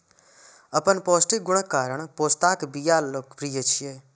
अपन पौष्टिक गुणक कारण पोस्ताक बिया लोकप्रिय छै